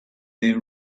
they